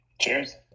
Cheers